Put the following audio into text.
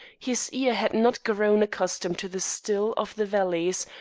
his ear had not grown accustomed to the still of the valleys,